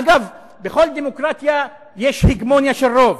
אגב, בכל דמוקרטיה יש הגמוניה של רוב.